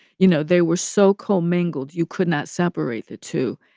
you know, they were so co-mingled you could not separate the two.